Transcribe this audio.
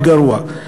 וגרוע.